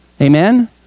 Amen